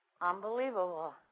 Unbelievable